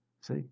See